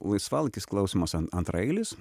laisvalaikis klausimas an antraeilis